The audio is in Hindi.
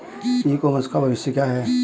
ई कॉमर्स का भविष्य क्या है?